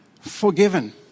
forgiven